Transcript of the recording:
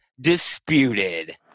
disputed